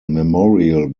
memorial